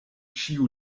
ĉiu